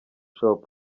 shop